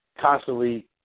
constantly